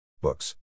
Books